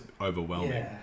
overwhelming